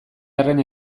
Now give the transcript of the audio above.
arren